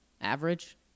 average